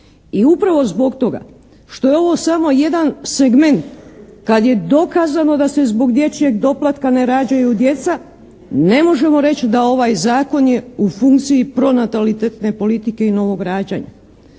I upravo zbog toga što je ovo samo jedan segment kad je dokazano da se zbog dječjeg doplatka ne rađaju djeca, ne možemo reći da ovaj Zakon je u funkciji pronatalitetne politike i novog rađanja.